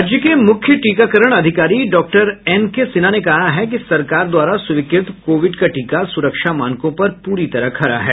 राज्य के मुख्य टीकाकरण अधिकारी डॉक्टर एनके सिन्हा ने कहा है कि सरकार द्वारा स्वीकृत कोविड का टीका सुरक्षा मानकों पर पूरी तरह खरा है